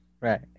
Right